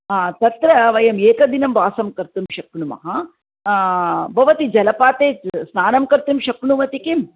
हा तत्र वयम् एकदिनं वासं कर्तुं शक्नुमः भवती जलपाते स्नानं कर्तुं शक्नोति किम्